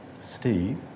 Steve